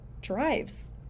drives